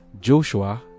Joshua